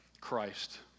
Christ